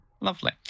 Lovely